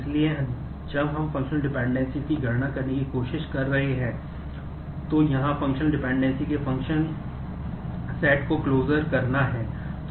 इसलिए जब हम फंक्शनल डिपेंडेंसीस होने में जो होना चाहिए